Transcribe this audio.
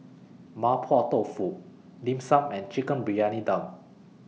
Mapo Tofu Dim Sum and Chicken Briyani Dum